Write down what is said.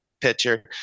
pitcher